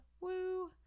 Woo